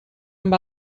amb